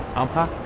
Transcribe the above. i'm not